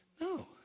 No